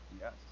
Yes